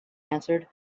answered